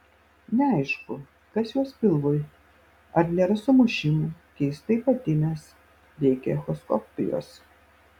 neaišku kas jos pilvui ar nėra sumušimų keistai patinęs reikia echoskopijos